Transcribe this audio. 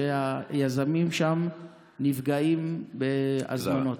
שהיזמים שם נפגעים בהזמנות?